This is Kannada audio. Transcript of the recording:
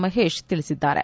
ಮಹೇಶ್ ತಿಳಿಸಿದ್ದಾರೆ